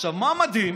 עכשיו, מה מדהים?